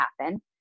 happen